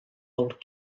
old